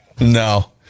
no